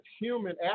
human